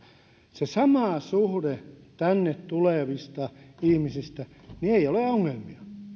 se sama suhde tänne tulevista ihmisistä niin ei ole ongelmia